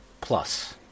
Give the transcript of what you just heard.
Plus